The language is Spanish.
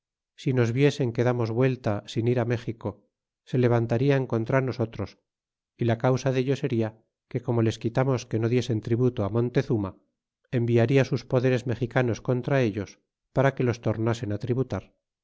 si nos viesen que damos vuelta sin ir á méxico se levantarian contra nosotros y la causa dello seria que como les quitamos que no diesen tributo á montezuma enviarla sus poderes mexicanos contra ellos pereque los tornasen á tributar